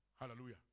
Hallelujah